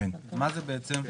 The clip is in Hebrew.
מה זה בעצם?